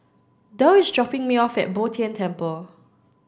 Derl is dropping me off at Bo Tien Temple